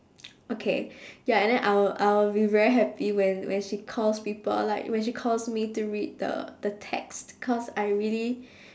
okay ya and then I will I will be very happy when when she calls people like when she calls me to read the the text cause I really